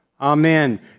Amen